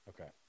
Okay